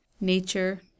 nature